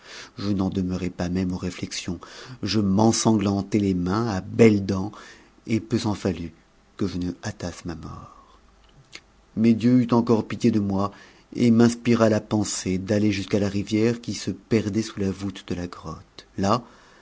je n'en demeurai pas même aux réuexions je m'ensanglantai les mains à belles dents et peu s'en fallut que je ne hausse m mort mais dieu eut encore pitié de moi et m'inspira la pensée d'atterjusqu la rivière qui se perdait sous la voûte de la grotte là